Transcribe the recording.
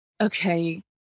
okay